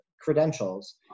credentials